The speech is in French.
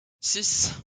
six